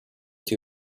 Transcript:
too